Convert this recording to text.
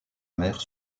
mère